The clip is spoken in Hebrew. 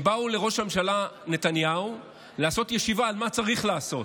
הם באו לראש הממשלה נתניהו לעשות ישיבה על מה צריך לעשות.